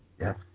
Yes